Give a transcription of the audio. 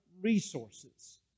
resources